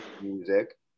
music